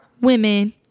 women